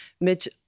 Mitch